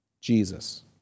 Jesus